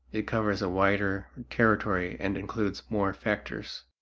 it covers a wider territory and includes more factors.